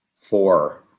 four